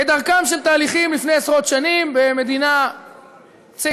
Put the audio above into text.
כדרכם של תהליכים לפני עשרות שנים, במדינה צעירה,